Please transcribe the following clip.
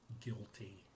guilty